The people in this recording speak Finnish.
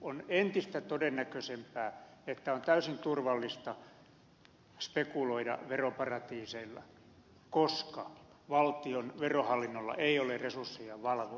on entistä todennäköisempää että on täysin turvallista spekuloida veroparatiiseilla koska valtion verohallinnolla ei ole resursseja valvoa